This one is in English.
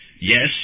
Yes